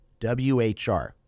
WHR